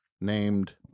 named